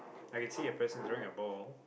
I can see a person's wearing a ball